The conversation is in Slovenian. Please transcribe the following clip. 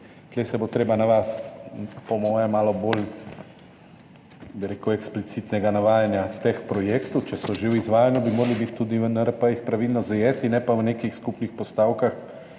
Tu se bo treba navaditi po mojem malo bolj, bi rekel, eksplicitnega navajanja teh projektov. Če so že v izvajanju, bi morali biti tudi v NRP-jih pravilno zajeti, ne pa v nekih skupnih postavkah,